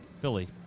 Philly